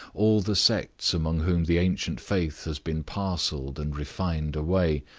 all the sects among whom the ancient faith has been parcelled and refined away,